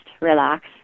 relax